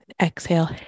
Exhale